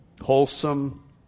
Wholesome